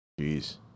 Jeez